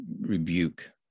rebuke